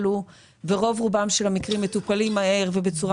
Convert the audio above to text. רוב רובם של המקרים מטופלים מהר ובצורה